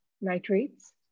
nitrates